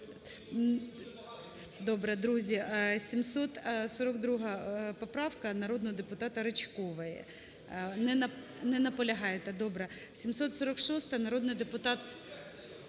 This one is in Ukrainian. Добре. Друзі, 742 поправка народного депутатаРичкової. Не наполягаєте. Добре. 746-а, народний депутат…